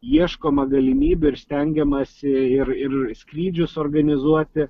ieškoma galimybių ir stengiamasi ir ir skrydžius organizuoti